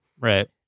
right